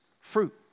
fruit